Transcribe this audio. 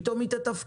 פתאום היא תתפקד.